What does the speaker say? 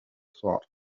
thought